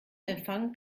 empfang